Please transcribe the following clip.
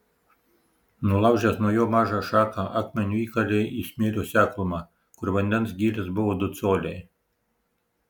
nulaužęs nuo jo mažą šaką akmeniu įkalė į smėlio seklumą kur vandens gylis buvo du coliai